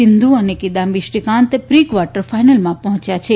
સીંધુ અને Kidambi Srikanth pre quarter ફાઈનલમાં ૈ હોંચ્યા છે